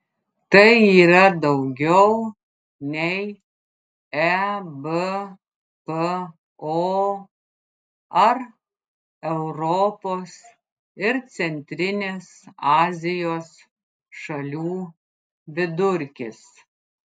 tai yra daugiau nei ebpo ar europos ir centrinės azijos šalių vidurkis